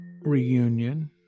reunion